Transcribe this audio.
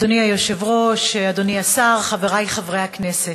אדוני היושב-ראש, אדוני השר, חברי חברי הכנסת,